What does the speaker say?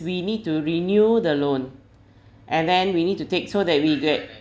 we need to renew the loan and then we need to take so that we get